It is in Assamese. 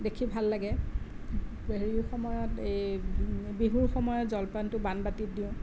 দেখি ভাল লাগে হেৰি সময়ত এই বি বিহুৰ সময়ত জলপানটো বানবাতিত দিওঁ